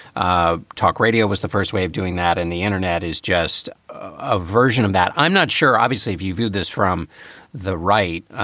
talk radio was the first way of doing that, and the internet is just a version of that. i'm not sure, obviously, if you view this from the right.